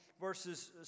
verses